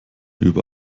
über